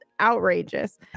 outrageous